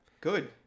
good